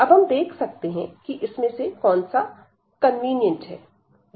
अब हम देख सकते हैं कि इसमें से कौन सा कन्वीनियंट है